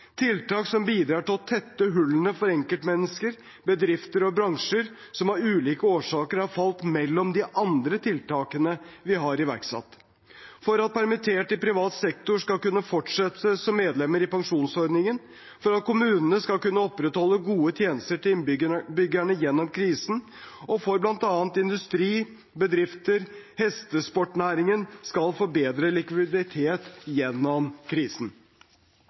tiltak som bidrar til å tette hullene for enkeltmennesker, bedrifter og bransjer som av ulike årsaker har falt mellom de andre tiltakene vi har iverksatt – for at permitterte i privat sektor skal kunne fortsette som medlemmer i pensjonsordningen, for at kommunene skal kunne opprettholde gode tjenester til innbyggerne gjennom krisen, og for at bl.a. industribedrifter og hestesportnæringen skal få bedre likviditet gjennom krisen.